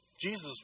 Jesus